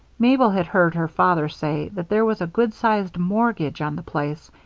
mabel had heard her father say that there was a good-sized mortgage on the place,